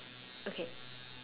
okay